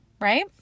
right